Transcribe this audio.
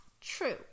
true